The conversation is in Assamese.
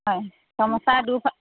হয় গামোচা দুয়োফাল